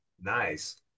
Nice